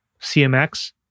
CMX